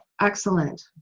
Excellent